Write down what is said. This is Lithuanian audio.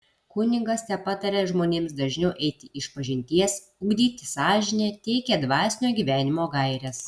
kunigas tepataria žmonėms dažniau eiti išpažinties ugdyti sąžinę teikia dvasinio gyvenimo gaires